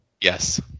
Yes